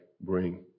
bring